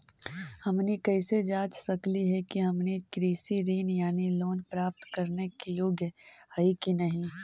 हमनी कैसे जांच सकली हे कि हमनी कृषि ऋण यानी लोन प्राप्त करने के योग्य हई कि नहीं?